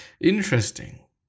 Interesting